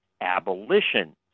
Abolition